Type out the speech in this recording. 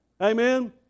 Amen